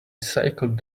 cycled